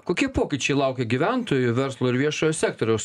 kokie pokyčiai laukia gyventojų verslo ir viešojo sektoriaus